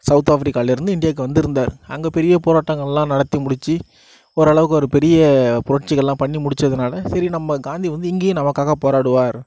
south ஆஃப்பிரிக்காவில் இருந்து இண்டியாக்கு வந்திருந்தாரு அங்கே பெரிய போராட்டங்கள்லாம் நடத்தி முடிச்சு ஓரளவுக்கு ஒரு பெரிய புரட்சிகளெலாம் பண்ணி முடித்ததுனால சரி நம்ம காந்தி வந்து இங்கையே நமக்காக போராடுவார்